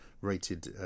rated